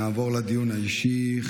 נעבור לדיון האישי.